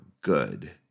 good